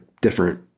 different